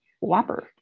whopper